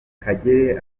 kagere